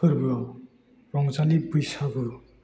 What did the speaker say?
फोरबोआव रंजालि बैसागु